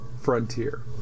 frontier